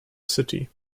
city